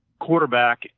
quarterback